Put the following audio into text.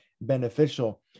beneficial